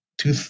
two